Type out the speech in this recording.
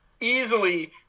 easily